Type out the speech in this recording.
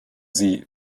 sie